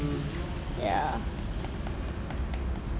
ya